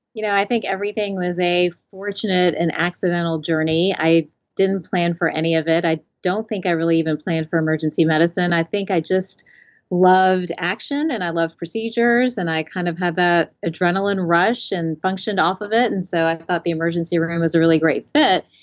you know i think everything was a fortunate and accidental journey. i didn't plan for any of it. i don't think i really even planned for emergency medicine. i think i just loved action and i love procedures. i kind of have that adrenalin rush and functioned off of it, and so i thought the emergency room was a really great fit,